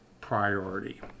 priority